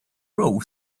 row